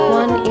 one